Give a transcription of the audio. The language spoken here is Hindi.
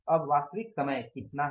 अब वास्तविक समय कितना है